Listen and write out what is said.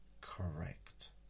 correct